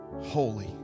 holy